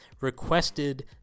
requested